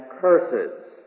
curses